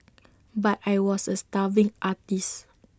but I was A starving artist